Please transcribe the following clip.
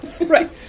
Right